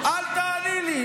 אל תעני לי.